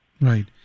Right